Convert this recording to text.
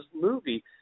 movie